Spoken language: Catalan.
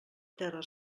terra